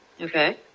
Okay